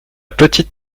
petite